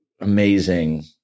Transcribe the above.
amazing